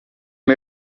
her